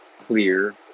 clear